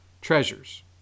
treasures